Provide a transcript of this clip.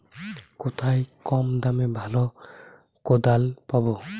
কোথায় কম দামে ভালো কোদাল পাব?